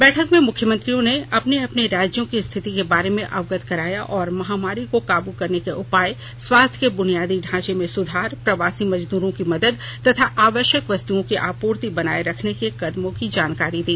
बैठक में मुख्यमंत्रियों ने अपने अपने राज्यों की स्थिति के बारे में अवगत कराया और महामारी को काबू करने के उपाय स्वास्थ्य के बुनियादी ढांचे में सुधार प्रवासी मजदूरों की मदद तथा आवश्यक वस्तुओं की आपूर्ति बनाये रखने के कदमों की जानकारी दी